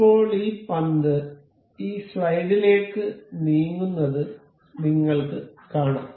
ഇപ്പോൾ ഈ പന്ത് ഈ സ്ലൈഡിലേക്ക് നീങ്ങുന്നത് നിങ്ങൾക്ക് കാണാം